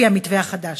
לפי המתווה החדש.